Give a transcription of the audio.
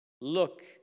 look